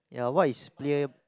ya what is play